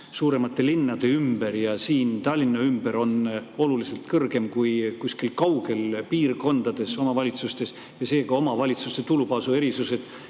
suuremate linnade ümber, näiteks siin Tallinna ümber, on oluliselt kõrgem kui kuskil kaugel piirkondades omavalitsustes. Seega omavalitsuste tulubaasi erisused